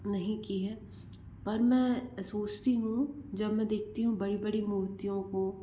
नहीं की है पर मैं सोचती हूँ जब मैं देखती हूँ बड़ी बड़ी मूर्तियों को